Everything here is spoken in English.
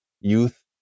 Youth